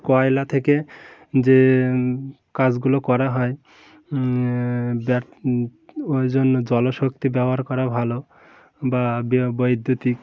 কয়লা থেকে যে কাজগুলো করা হয় ওই জন্য জলশক্তি ব্যবহার করা ভালো বা বৈদ্যুতিক